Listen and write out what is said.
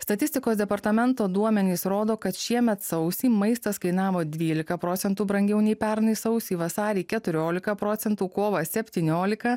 statistikos departamento duomenys rodo kad šiemet sausį maistas kainavo dvylika procentų brangiau nei pernai sausį vasarį keturiolika procentų kovą septyniolika